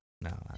No